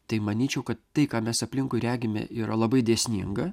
tai manyčiau kad tai ką mes aplinkui regime yra labai dėsninga